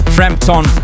Frampton